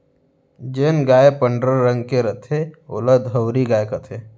जेन गाय पंडरा रंग के रथे ओला धंवरी गाय कथें